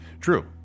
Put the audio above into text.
True